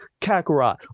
Kakarot